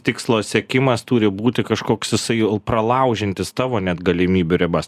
tikslo siekimas turi būti kažkoks jisai pralaužiantis tavo net galimybių ribas